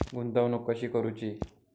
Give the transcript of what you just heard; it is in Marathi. गुंतवणूक कशी करूची?